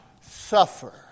suffer